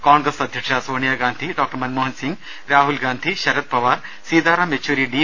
കോൺഗ്രസ് അധ്യക്ഷ Sonia Gandhi doctor Manmohan Singh Rahul Gandhi Sarath Pawar Sitaram Yechury D